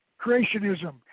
Creationism